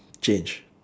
change